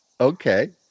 Okay